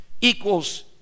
equals